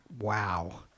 wow